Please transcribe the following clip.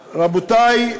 רבותי,